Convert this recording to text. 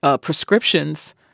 prescriptions